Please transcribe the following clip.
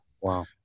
Wow